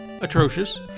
atrocious